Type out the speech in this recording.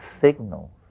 signals